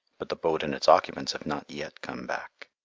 but the boat and its occupants have not yet come back.